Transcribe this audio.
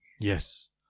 Yes